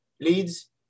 leads